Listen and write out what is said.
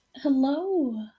hello